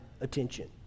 attention